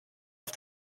auf